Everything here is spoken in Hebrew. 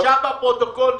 נרשם בפרוטוקול.